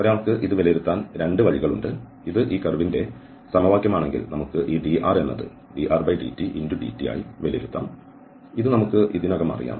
ഒരാൾക്ക് ഇത് വിലയിരുത്താൻ 2 വഴികളുണ്ട് ഇത് ഈ കർവ്ന്റെ സമവാക്യമാണെങ്കിൽ നമുക്ക് ഈ dr എന്നത് drdtdt ആയി വിലയിരുത്താം ഇത് നമുക്ക് ഇതിനകം അറിയാം